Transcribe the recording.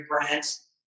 Brands